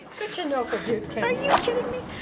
good to know for butte county. are you kidding me?